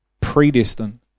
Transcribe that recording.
predestined